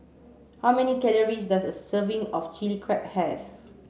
how many calories does a serving of Chilli Crab have